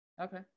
Okay